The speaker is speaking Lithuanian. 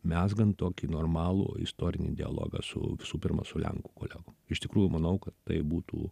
mezgant tokį normalų istorinį dialogą su visų pirma su lenkų kolegom iš tikrųjų manau kad tai būtų